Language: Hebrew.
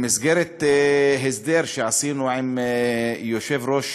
במסגרת הסדר שעשינו עם יושב-ראש